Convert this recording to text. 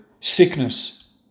sickness